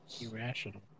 Irrational